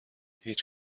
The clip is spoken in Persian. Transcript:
هیچ